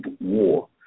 war